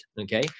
okay